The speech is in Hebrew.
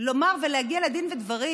הייתי מוכנה לומר ולהגיע לדין ודברים,